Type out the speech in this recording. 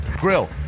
grill